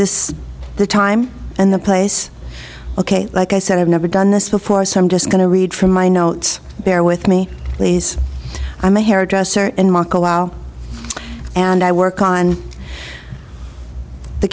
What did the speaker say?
this the time and the place ok like i said i've never done this before so i'm just going to read from my notes bear with me please i'm a hairdresser and mark allow and i work on the